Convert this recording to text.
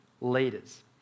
leaders